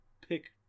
pick